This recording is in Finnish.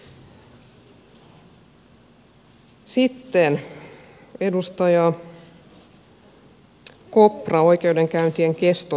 sitten edustaja kopra oikeudenkäyntien kestot